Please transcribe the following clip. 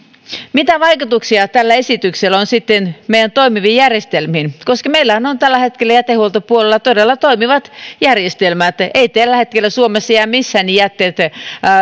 mitä vaikutuksia tällä esityksellä on sitten meidän toimiviin järjestelmiin meillähän on tällä hetkellä jätehuoltopuolella todella toimivat järjestelmät ei tällä hetkellä suomessa missään jää jätteitä